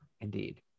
Indeed